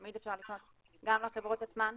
תמיד אפשר לפנות גם לחברות עצמן,